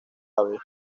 aves